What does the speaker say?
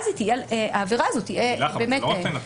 זה לא רק לנטרל.